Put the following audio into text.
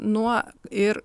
nuo ir